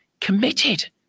committed